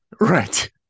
Right